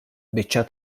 biċċa